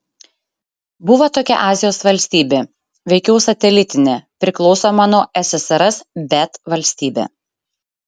buvo tokia azijos valstybė veikiau satelitinė priklausoma nuo ssrs bet valstybė